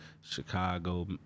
chicago